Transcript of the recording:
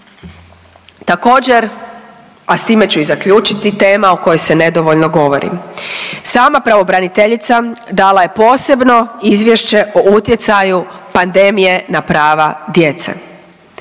Također, a s time ću i zaključiti, tema o kojoj se nedovoljno govori. Sama pravobraniteljica dala je posebno izvješće o utjecaju pandemije na prava djece.